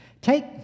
Take